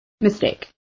Mistake